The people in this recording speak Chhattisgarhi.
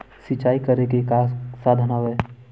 सिंचाई करे के का साधन हे?